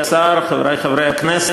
תודה רבה, חברי השר, חברי חברי הכנסת,